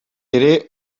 ere